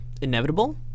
inevitable